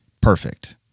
Perfect